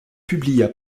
publia